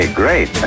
great